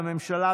הממשלה,